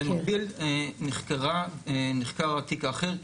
במקביל נחקר התיק האחר,